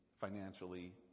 financially